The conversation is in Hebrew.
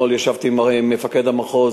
אתמול ישבתי עם מפקד המחוז,